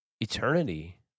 eternity